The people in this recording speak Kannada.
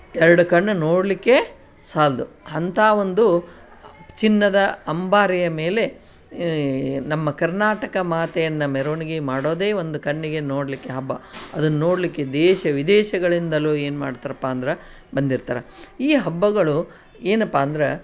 ಎರಡು ಕಣ್ಣು ನೋಡಲಿಕ್ಕೇ ಸಾಲದು ಅಂಥಾ ಒಂದು ಚಿನ್ನದ ಅಂಬಾರಿಯ ಮೇಲೆ ಈ ನಮ್ಮ ಕರ್ನಾಟಕ ಮಾತೆಯನ್ನು ಮೆರವಣಿಗೆ ಮಾಡೋದೇ ಒಂದು ಕಣ್ಣಿಗೆ ನೋಡಲಿಕ್ಕೆ ಹಬ್ಬ ಅದನ್ನು ನೋಡಲಿಕ್ಕೆ ದೇಶ ವಿದೇಶಗಳಿಂದಲೂ ಏನು ಮಾಡ್ತಾರಪ್ಪ ಅಂದ್ರೆ ಬಂದಿರ್ತಾರೆ ಈ ಹಬ್ಬಗಳು ಏನಪ್ಪಾ ಅಂದ್ರೆ